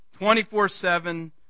24-7